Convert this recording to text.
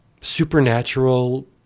supernatural